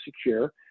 secure